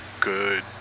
good